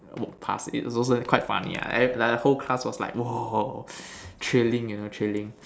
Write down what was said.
walk past it so so quite funny ah like the whole class was like !whoa! thrilling you know thrilling